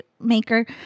maker